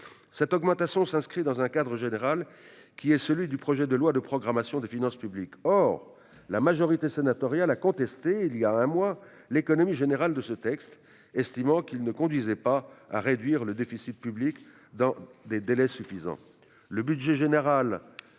Cette augmentation s'inscrit dans un cadre général, que le Gouvernement a exposé dans son projet de loi de programmation des finances publiques. Or la majorité sénatoriale a contesté, il y a un mois, l'économie générale de ce texte, estimant qu'il ne permettrait pas de réduire le déficit public dans des délais satisfaisants. Le budget général